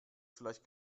vielleicht